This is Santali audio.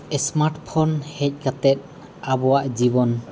ᱮᱥᱢᱟᱴ ᱯᱷᱳᱱ ᱦᱮᱡ ᱠᱟᱛᱮᱫ ᱟᱵᱚᱣᱟᱜ ᱡᱤᱵᱚᱱ